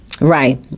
Right